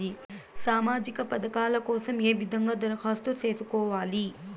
సామాజిక పథకాల కోసం ఏ విధంగా దరఖాస్తు సేసుకోవాలి